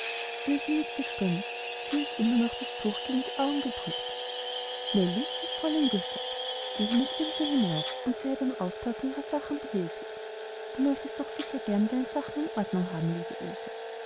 nickte stumm sie hielt noch immer das tuch gegen die augen gedrückt nellie rief fräulein güssow gehe mit ilse hinauf und sei ihr beim auspacken ihrer sachen behilflich du möchtest doch sicher gern deine sachen in ordnung haben liebe